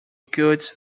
goods